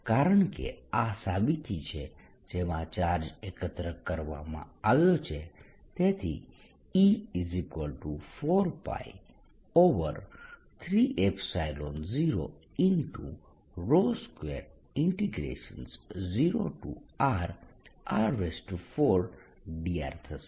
કારણકે આ સાબિતી છે જેમાં ચાર્જ એકત્ર કરવામાં આવ્યો છે તેથી E4π3020Rr4dr થશે